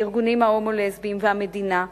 הארגונים ההומו-לסביים והמדינה,